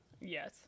Yes